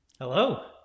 Hello